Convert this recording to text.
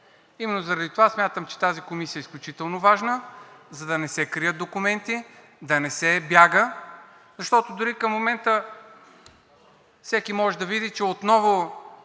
Именно затова смятам, че тази комисия е изключително важна, за да не се крият документи, да не се бяга. Защото дори към момента всеки може да види, че отново